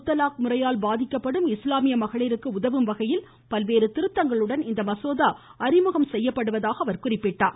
முத்தலாக் முறையால் பாதிக்கப்படும் இஸ்லாமிய மகளிருக்கு உதவும் வகையில் பல்வேறு திருத்தங்களுடன் இந்த மசோதா அறிமுகம் செய்யப்பட்டிருப்பதாக அவர் குறிப்பிட்டார்